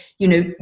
you know,